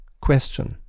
question